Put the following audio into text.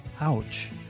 Ouch